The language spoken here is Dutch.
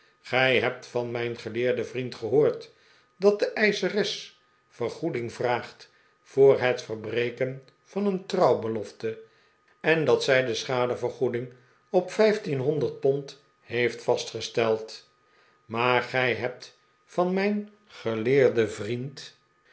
gij hebt van mijn geleerden vriend gehoord dat de eischeres vergoeding vraagt voor het verbreken van een trouwbelofte en dat zij de schade vergoeding op vijftienhonderd pond heeft vastgesteld maar gij hem van mijn geleerden vriend